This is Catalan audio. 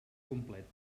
complet